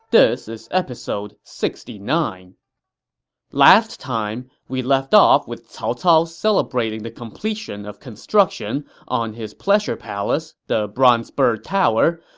this is episode sixty nine point last time, we left off with cao cao celebrating the completion of construction on his pleasure palace, the bronze bird tower,